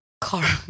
Car